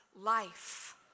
life